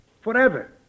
forever